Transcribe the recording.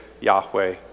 Yahweh